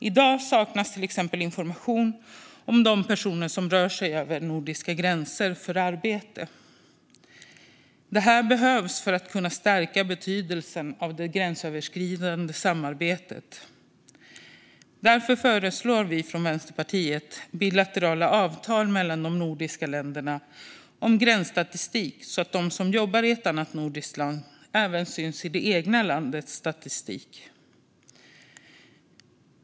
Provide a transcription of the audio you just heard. I dag saknas till exempel information om de personer som rör sig över nordiska gränser för arbete, vilket behövs för att kunna stärka betydelsen av det gränsöverskridande samarbetet. Därför föreslår vi i Vänsterpartiet bilaterala avtal om gränsstatistik mellan de nordiska länderna, så att de som arbetar i ett annat nordiskt land syns även i det egna landets statistik.